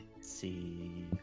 see